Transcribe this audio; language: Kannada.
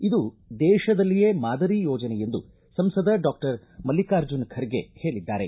ಇದೂ ದೇಶದಲ್ಲಿಯೇ ಮಾದರಿ ಯೋಜನೆ ಎಂದು ಸಂಸದ ಡಾಕ್ಟರ್ ಮಲ್ಲಿಕಾರ್ಜುನ ಖರ್ಗೆ ಹೇಳಿದ್ದಾರೆ